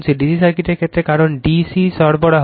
D C সার্কিটের ক্ষেত্রে কারণ D C সরবরাহে